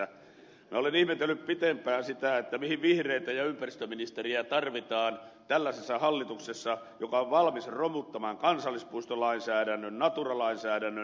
minä olen ihmetellyt pitempään sitä mihin vihreitä ja ympäristöministeriä tarvitaan tällaisessa hallituksessa joka on valmis romuttamaan kansallispuistolainsäädännön natura lainsäädännön